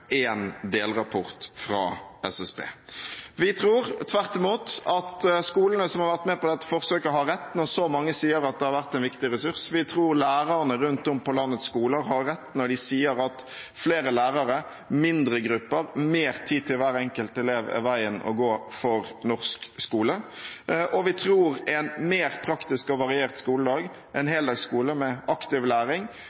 en delrapport fra SSB. Vi tror tvert imot at skolene som har vært med på dette forsøket, har rett når så mange av dem sier at det har vært en viktig ressurs. Vi tror lærerne rundt om på landets skoler har rett når de sier at flere lærere, mindre grupper og mer tid til hver enkelt elev er veien å gå for norsk skole. Og vi tror en mer praktisk og variert skoledag, en